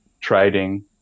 trading